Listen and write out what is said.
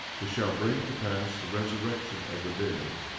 which shall bring to pass the resurrection of the dead,